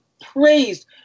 praised